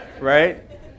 right